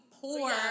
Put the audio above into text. poor